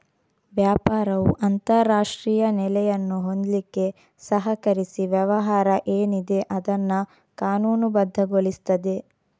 ವ್ಯಾಪಾರವು ಅಂತಾರಾಷ್ಟ್ರೀಯ ನೆಲೆಯನ್ನು ಹೊಂದ್ಲಿಕ್ಕೆ ಸಹಕರಿಸಿ ವ್ಯವಹಾರ ಏನಿದೆ ಅದನ್ನ ಕಾನೂನುಬದ್ಧಗೊಳಿಸ್ತದೆ